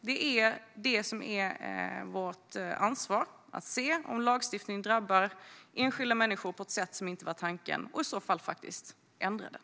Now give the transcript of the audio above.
Det är det som är vårt ansvar: att se om lagstiftning drabbar enskilda människor på ett sätt som inte var tanken och i så fall ändra den.